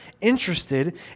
interested